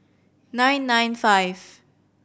nine nine five